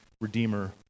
Redeemer